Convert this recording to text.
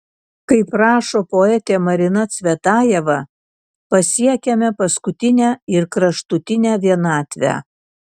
kaip rašo poetė marina cvetajeva pasiekiame paskutinę ir kraštutinę vienatvę